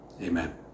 Amen